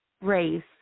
race